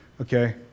okay